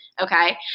Okay